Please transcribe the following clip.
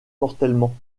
mortellement